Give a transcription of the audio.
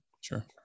Sure